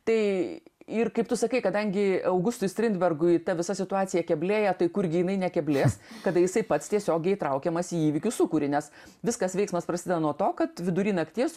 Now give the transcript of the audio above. tai ir kaip tu sakai kadangi augustui strindbergui ta visa situacija keblėja tai kurgi jinai nekeblės kada jisai pats tiesiogiai įtraukiamas į įvykių sūkurį nes viskas veiksmas prasideda nuo to kad vidury nakties